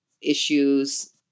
issues